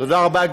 תודה רבה.